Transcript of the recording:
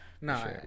No